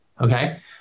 Okay